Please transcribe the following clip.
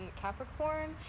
capricorn